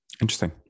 Interesting